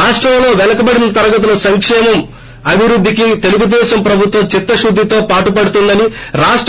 రాష్టంలో వెనకబడిన తరగతుల సంకేమం అభివృద్ధికి తెలుగుదేశం ప్రభుత్వం చిత్త శుద్దేతో పాటుపడుతోందని రాష్ట